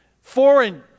foreign